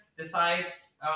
Decides